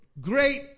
great